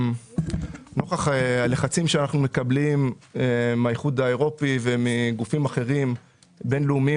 נוכח הלחצים שאנחנו מקבלים מהאיחוד האירופי וגופים בינלאומיים